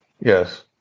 Yes